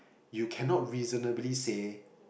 you cannot reasonably say